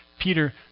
Peter